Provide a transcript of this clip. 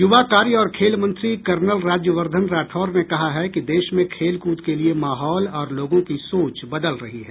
युवा कार्य और खेल मंत्री कर्नल राज्यवर्दधन राठौड ने कहा है कि देश में खेलकूद के लिए माहौल और लोगों की सोच बदल रही है